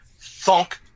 thunk